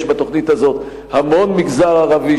יש בתוכנית הזאת המון מגזר ערבי,